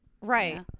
Right